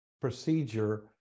procedure